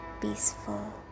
peaceful